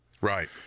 Right